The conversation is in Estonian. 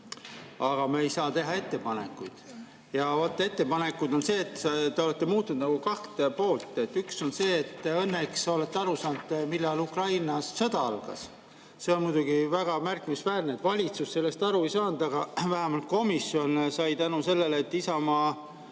aga me ei saa teha ettepanekuid. Ja vot te olete muutunud nagu kahte poolt. Üks on see, et te õnneks olete aru saanud, millal Ukrainas sõda algas. See on muidugi väga märkimisväärne. Valitsus sellest aru ei saanud, aga vähemalt komisjon sai, tänu sellele, et Isamaa